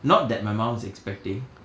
not that my mom was expecting